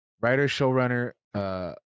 writer-showrunner